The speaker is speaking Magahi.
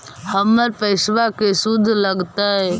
हमर पैसाबा के शुद्ध लगतै?